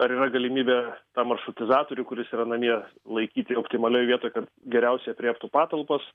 ar yra galimybė tą maršrutizatorių kuris yra namie laikyti optimalioj vietoj kad geriausiai aprėptų patalpas